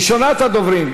ראשונת הדוברים,